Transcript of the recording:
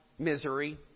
Misery